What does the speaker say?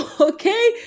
Okay